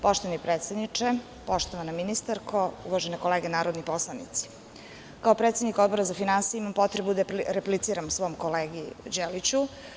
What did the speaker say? Poštovani predsedniče, poštovana ministarko, uvažene kolege narodni poslanici, kao predsednik Odbora za finansije imam potrebu da repliciram svom kolegi Đeliću.